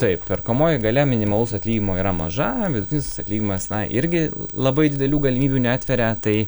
taip perkamoji galia minimalaus atlyginimo yra maža vidutinis atlyginimas na irgi labai didelių galimybių neatveria tai